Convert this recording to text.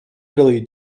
italy